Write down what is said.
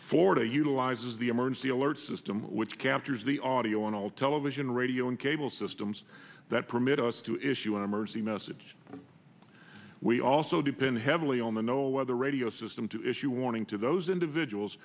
for the utilizes the emergency alert system which captures the audio on all television radio and cable systems that permit us to issue an emergency message we also depend heavily on the no weather radio system to issue a warning to those individuals